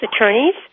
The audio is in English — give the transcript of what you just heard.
attorneys